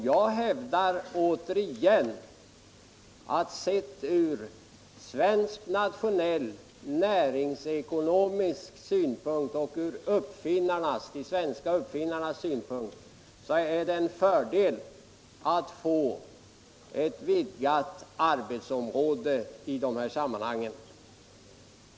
Jag hävdar återigen att sett från svensk nationell näringsekonomisk synpunkt och från de svenska uppfinnarnas synpunkt är det en fördel att få ett vidgat arbetsområde i dessa sammanhang.